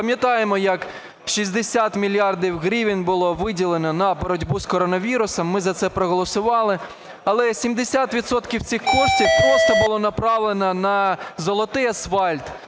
Пам'ятаємо як 60 мільярдів гривень було виділено на боротьбу з коронавірусом, ми за це проголосували. Але 70 відсотків цих коштів просто було направлено на "золотий" асфальт,